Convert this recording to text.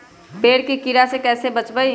पेड़ के कीड़ा से कैसे बचबई?